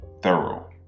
thorough